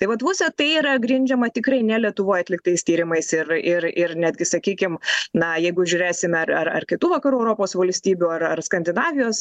tai vat vusa tai yra grindžiama tikrai ne lietuvoj atliktais tyrimais ir ir ir netgi sakykim na jeigu žiūrėsime ar ar ar kitų vakarų europos valstybių ar ar skandinavijos